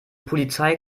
polizei